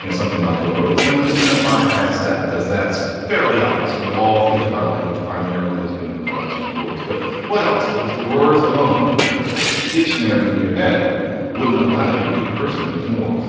something like a rose. and i'm just going to bypass that because that's fairly obvious. we all think of our language primarily as being a collection of words. but what else? because the words alone, you know, just a dictionary in your head wouldn't allow you to be a person. there's more.